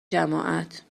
جماعت